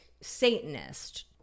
Satanist